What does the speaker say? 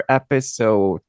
episode